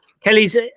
Kelly's